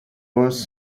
was